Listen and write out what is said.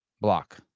Block